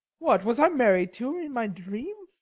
what, was i married to her in my dream?